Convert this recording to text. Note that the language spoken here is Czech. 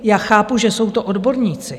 Já chápu, že jsou to odborníci.